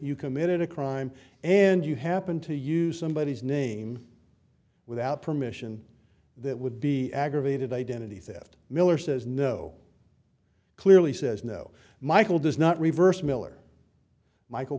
you committed a crime and you happen to use somebodies name without permission that would be aggravated identity theft miller says no clearly says no michael does not reverse miller michael